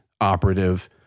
operative